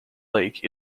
lake